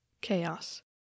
Chaos